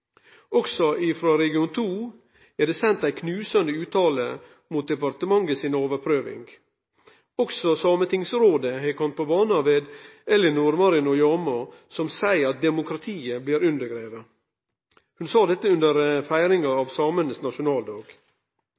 Også frå region 2 er det sendt ei knusande fråsegn mot departementet si overprøving. Også Sametingsrådet har kome på bana, ved Ellinor Marita Jåma, som seier at demokratiet blir undergrave. Ho sa dette under feiringa av samane sin nasjonaldag.